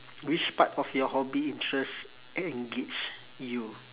which part of your hobby interest engage you